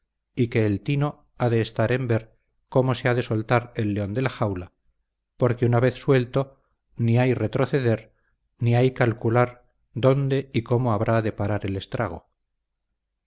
que el tino ha de estar en ver cómo se ha de soltar el león de la jaula porque una vez suelto ni hay retroceder ni hay calcular dónde y cómo habrá de parar el estrago